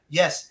yes